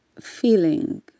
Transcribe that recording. Feeling